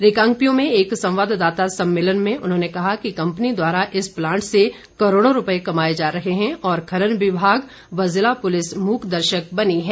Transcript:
रिकांगपिओ में एक संवाददाता सम्मेलन में उन्होंने कहा कि कम्पनी द्वारा इस प्लांट से करोड़ों रूपए कमाए जा रहे हैं और खनन विभाग व ज़िला पुलिस मूकदर्शक बनी है